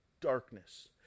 darkness